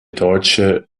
deutsche